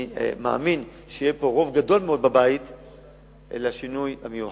אני מאמין שיהיה פה בבית רוב גדול מאוד לשינוי המיוחל.